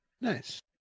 Nice